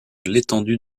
l’étendue